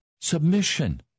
Submission